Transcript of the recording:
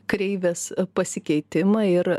kreivės pasikeitimą ir